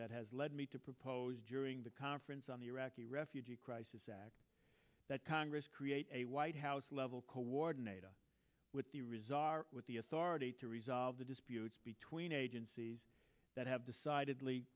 that has led me to propose during the conference on the iraqi refugee crisis act that congress creates a white house level coordinator with the resign with the authority to resolve the disputes between agencies that have decidedly